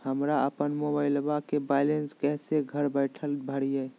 हमरा अपन मोबाइलबा के बैलेंस कैसे घर बैठल भरिए?